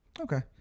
Okay